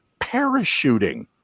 Parachuting